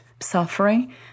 suffering